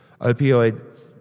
Opioids